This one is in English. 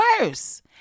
worse